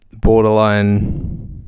borderline